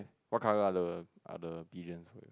what color are the are the pigeons